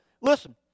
listen